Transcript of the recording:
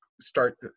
start